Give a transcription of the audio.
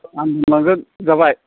आं दोनलांगोन जाबाय